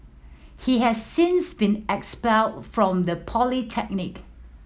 he has since been expelled from the polytechnic